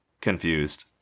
confused